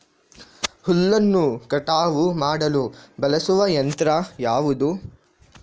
ಹುಲ್ಲನ್ನು ಕಟಾವು ಮಾಡಲು ಬಳಸುವ ಯಂತ್ರ ಯಾವುದು?